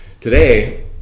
today